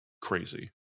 crazy